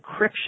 encryption